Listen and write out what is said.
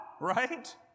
right